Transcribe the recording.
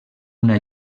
una